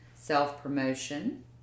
self-promotion